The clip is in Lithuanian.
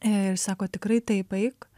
ir sako tikrai taip eik